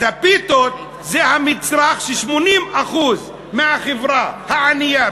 אז הפיתות זה המצרך ש-80% מהחברה הענייה,